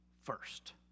first